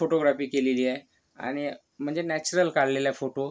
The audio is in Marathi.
फोटोग्रापी केलेली आहे आणि म्हणजे नॅचरल काढलेला आहे फोटो